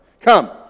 Come